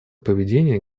поведения